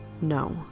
No